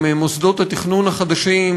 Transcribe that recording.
עם מוסדות התכנון החדשים,